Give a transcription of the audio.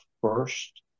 first